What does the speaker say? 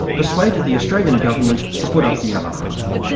persuaded the australian government to put up the other half.